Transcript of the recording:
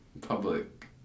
public